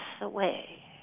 away